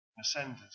ascended